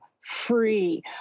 free